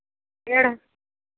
पेड़